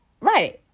right